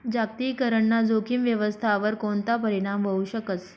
जागतिकीकरण ना जोखीम व्यवस्थावर कोणता परीणाम व्हवू शकस